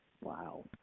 Wow